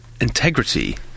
integrity